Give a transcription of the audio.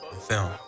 film